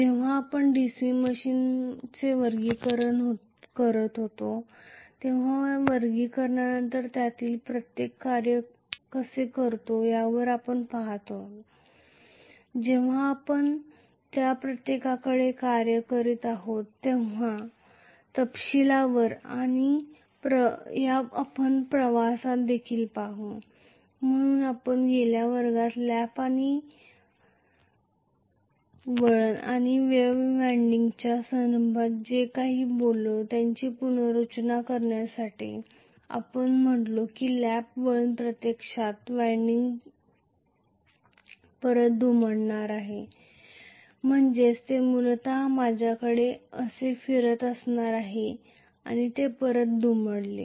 जेव्हा आपण DC मशीनचे वर्गीकरण करतो तेव्हा वर्गीकरणानंतर त्यातील प्रत्येक कार्य कसे करतो यावर आपण पहात आहोत आणि जेव्हा आपण त्या प्रत्येकाकडे कार्य करीत आहोत तेव्हा तपशीलवार आपण प्रवासात देखील पाहू म्हणूनच आपण गेल्या वर्गात लॅप वळण आणि वेव्ह वाइंडिंगच्या संदर्भात जे बोललो त्याचा पुनरुच्चार करण्यासाठी आपण म्हणालो की लॅप वळण प्रत्यक्षात वाइंडिंग परत दुमडणार आहे म्हणजेच ते मूलत माझ्याकडे असे फिरत असणारे आहे आणि ते परत दुमडेल